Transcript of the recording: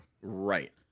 Right